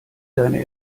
deine